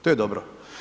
To je dobro.